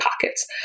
pockets